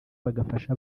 bagafasha